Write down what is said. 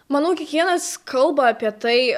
manau kiekvienas kalba apie tai